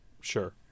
Sure